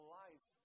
life